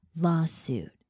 lawsuit